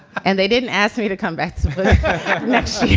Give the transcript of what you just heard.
and they didn't ask me to come back next